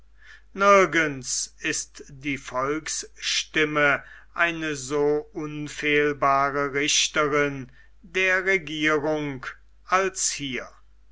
nirgends ist die volksstimme eine so unfehlbare richterin der regierung als hier